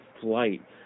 flight